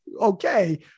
okay